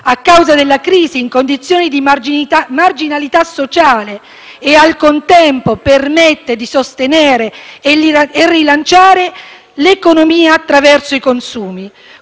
a causa della crisi, in condizione di marginalità sociale e, al contempo, permette di sostenere e rilanciare l'economia attraverso i consumi.